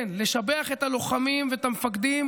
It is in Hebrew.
כן, לשבח את הלוחמים ואת המפקדים